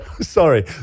sorry